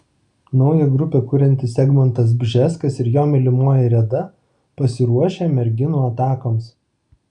naują grupę kuriantis egmontas bžeskas ir jo mylimoji reda pasiruošę merginų atakoms